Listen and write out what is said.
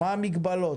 מה המגבלות?